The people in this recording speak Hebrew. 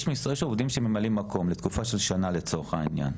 יש משרות של עובדים שהם ממלאים מקום לתקופה של שנה לצורך העניין,